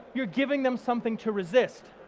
you're giving them something to resist.